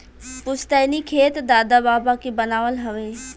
पुस्तैनी खेत दादा बाबा के बनावल हवे